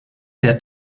der